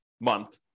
month